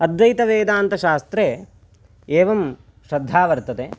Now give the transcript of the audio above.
अद्वैतवेदान्तशास्त्रे एवं श्रद्धा वर्तते